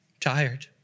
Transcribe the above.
tired